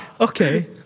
okay